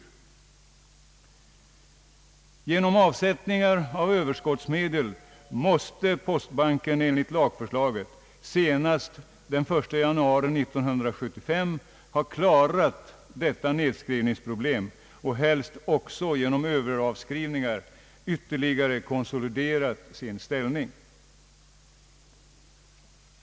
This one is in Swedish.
Genom avsättningar av överskottsmedel måste postbanken enligt lagförslaget senast den 1 januari 1975 ha klarat detta nedskrivningsproblem och helst också genom Ööveravskrivningar ha ytterligare konsoliderat sin ställning.